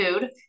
food